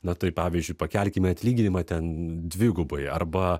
na tai pavyzdžiui pakelkime atlyginimą ten dvigubai arba